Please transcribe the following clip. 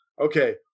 okay